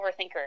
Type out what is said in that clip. overthinker